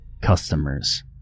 customers